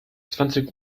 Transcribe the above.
zwanzig